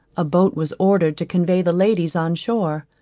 a boat was ordered to convey the ladies on shore.